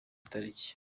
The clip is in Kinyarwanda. tariki